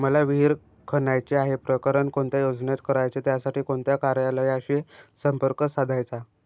मला विहिर खणायची आहे, प्रकरण कोणत्या योजनेत करायचे त्यासाठी कोणत्या कार्यालयाशी संपर्क साधायचा?